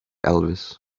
elvis